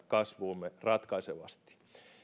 kasvuumme ratkaisevasti